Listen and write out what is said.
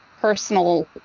personal